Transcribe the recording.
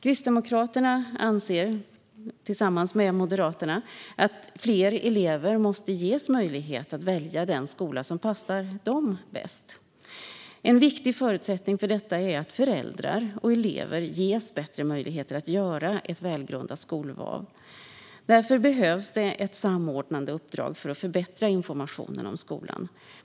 Kristdemokraterna och Moderaterna anser att fler elever måste ges möjlighet att välja den skola som passar dem bäst. En viktig förutsättning för detta är att föräldrar och elever ges bättre möjligheter att göra ett välgrundat skolval. Det behövs därför ett samordnande uppdrag att förbättra informationen om skolvalet.